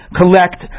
collect